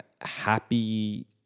Happy